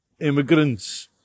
immigrants